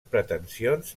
pretensions